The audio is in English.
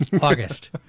August